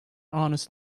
honest